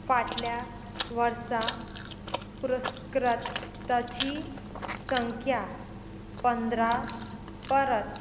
फाटल्या वर्सा पुरस्कृताची संख्या पंदरा परस